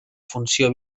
funció